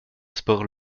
sport